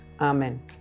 Amen